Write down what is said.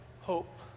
hope